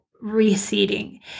receding